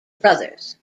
brothers